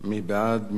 מי בעד?